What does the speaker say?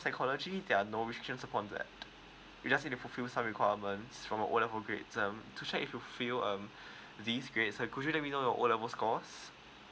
physcology there are no restrictions upon that you just need to fulfill some requirements from the O level grades um to check if you fulfill um this grade so could you let me know your O level scores